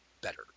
better